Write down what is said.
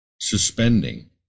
suspending